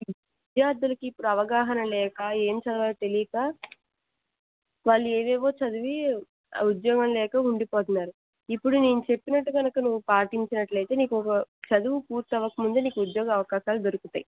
విద్యార్థులకు ఇప్పుడు అవగాహన లేక ఏం చదవాలో తెలియక వాళ్ళు ఏవేవో చదివి ఉద్యోగం లేక ఉండిపోతున్నారు ఇప్పుడు నేను చెప్పినట్టు కనుక నువ్వు పాటించినట్టు అయితే నీకు ఒక చదువు పూర్తి అ వ్వక ముందే ఉద్యోగ అవకాశాలు దొరుకుతాయి